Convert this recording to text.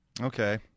Okay